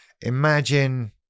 imagine